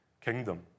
kingdom